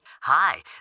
Hi